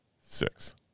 six